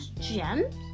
gems